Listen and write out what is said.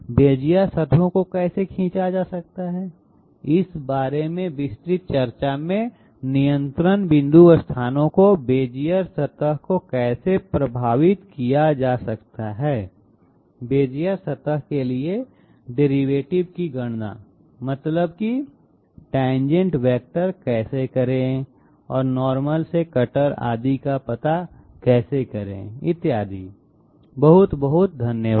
Bezier सतहों को कैसे खींचा जा सकता है इस बारे में विस्तृत चर्चा में नियंत्रण बिंदु स्थानों को बेज़ियर सतह को कैसे प्रभावित किया जा सकता है बेज़ियर सतह के लिए डेरिवेटिव की गणना मतलब है कि टेंजेंट वैक्टर कैसे करें और नॉर्मल से कटर आदि का पता कैसे करें इत्यादि बहुत बहुत धन्यवाद